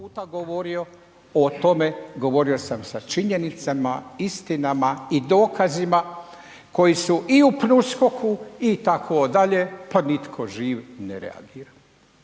puta govorio o tome, govorio sam sa činjenicama, istinama i dokazima koji su i u PNUSKOK-u itd., pa nitko živ ne reagira.